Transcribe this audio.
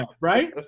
right